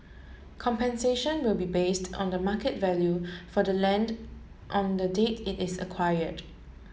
compensation will be based on the market value for the land on the date it is acquired